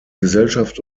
gesellschaft